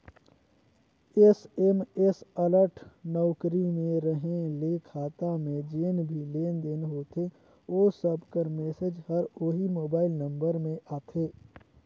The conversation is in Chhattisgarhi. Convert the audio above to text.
एस.एम.एस अलर्ट नउकरी में रहें ले खाता में जेन भी लेन देन होथे ओ सब कर मैसेज हर ओही मोबाइल नंबर में आथे